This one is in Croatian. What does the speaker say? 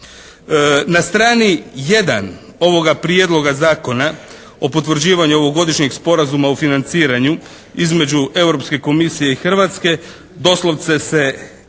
Na strani 1 ovoga prijedloga Zakona o potvrđivanju ovogodišnjeg sporazuma o financiranju između Europske komisije i Hrvatske doslovce se kaže,